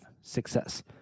success